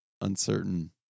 uncertain